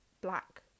black